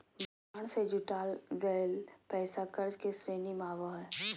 bond से जुटाल गेल पैसा कर्ज के श्रेणी में आवो हइ